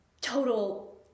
total